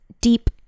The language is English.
deep